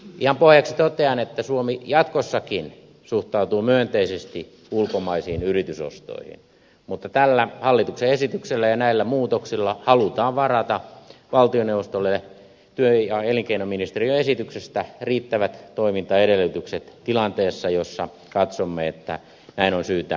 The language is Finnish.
ihan pohjaksi totean että suomi jatkossakin suhtautuu myönteisesti ulkomaisiin yritysostoihin mutta tällä hallituksen esityksellä ja näillä muutoksilla halutaan varata valtioneuvostolle työ ja elinkeinoministeriön esityksestä riittävät toimintaedellytykset tilanteessa jossa katsomme että näin on syytä toimia